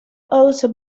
also